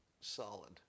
solid